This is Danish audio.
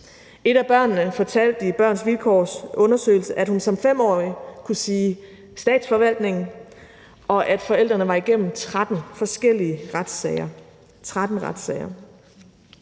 Et af børnene fortalte i Børns Vilkårs undersøgelse, at hun som 5-årig kunne sige Statsforvaltningen, og at forældrene var igennem 13 forskellige retssager